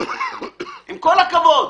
עם כל הכבוד.